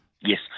Yes